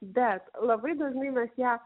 bet labai dažnai mes ją